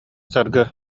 саргы